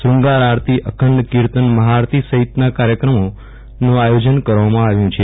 શ્રૃંગાર આરતી અખંડ કિર્તન મહાઆરતી સહિતના કાર્યક્રમોનો આયોજન કરવામાં આવ્યું છે